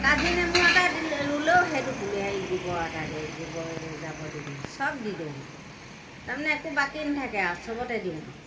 কাজি নেমু এটা দিলে ৰুলেও সেইটো পুলি সেই গোবৰ এটা গোবৰ জাবৰ দি দিওঁ সব দি দিওঁ তাৰমানে একো বাকী নাথাকে আৰু সবতে দিওঁ আৰু